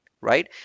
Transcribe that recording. right